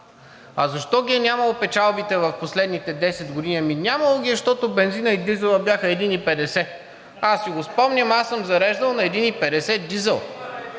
А защо ги е нямало печалбите в последните 10 години? Ами нямало ги е, защото бензинът и дизелът бяха 1,50. Аз си го спомням. Аз съм зареждал на 1,50 дизел